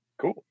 cool